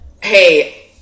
hey